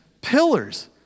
pillars